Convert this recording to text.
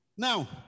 Now